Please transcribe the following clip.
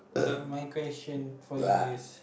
okay my question for you is